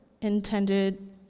intended